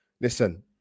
Listen